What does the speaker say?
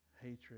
hatred